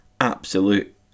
absolute